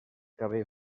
cabell